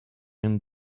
and